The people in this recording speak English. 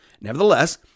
Nevertheless